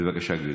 בבקשה, גברתי.